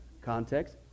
Context